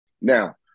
Now